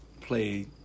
play